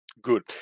good